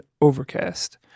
Overcast